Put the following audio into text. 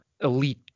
elite